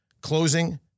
closing